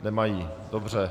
Nemají, dobře.